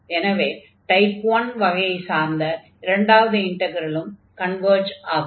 எனவே டைப் 1 வகையைச் சார்ந்த இரண்டாவது இன்டக்ரலும் கன்வர்ஜ் ஆகும்